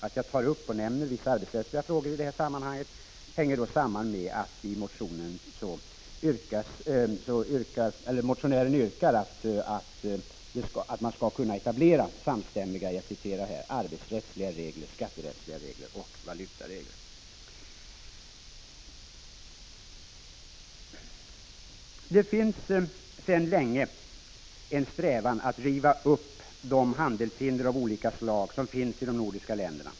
Det förhållandet att jag tar upp vissa arbetsrättsliga frågor i det här sammanhanget beror på att motionären yrkar att man skall kunna etablera samstämmiga ”arbetsrättsliga regler, skatterättsliga regler och valutaregler”. Det finns sedan länge en strävan att riva upp de handelshinder av olika slag som finns i de nordiska länderna.